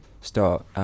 start